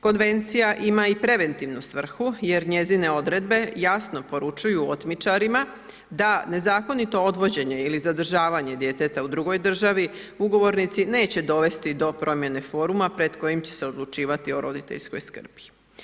Konvencija ima i preventivnu svrhu jer njezine odredbe jasno poručuju otmičarima da nezakonito odvođenje ili zadržavanje djeteta u drugoj državi ugovornici neće dovesti do promjene foruma pred kojim će se odlučivati o roditeljskoj skrbi.